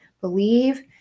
Believe